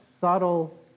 subtle